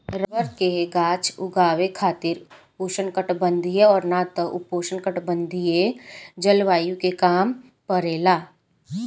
rubber के गाछ उगावे खातिर उष्णकटिबंधीय और ना त उपोष्णकटिबंधीय जलवायु के काम परेला